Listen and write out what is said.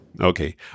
Okay